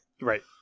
Right